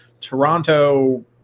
Toronto –